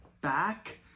back